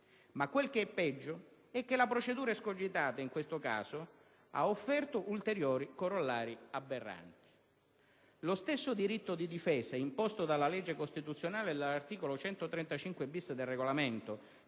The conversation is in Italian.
Quel che è peggio è che la procedura escogitata, in questo caso, ha offerto ulteriori corollari aberranti: lo stesso diritto di difesa - imposto dalla legge costituzionale e dall'articolo 135-*bis* del Regolamento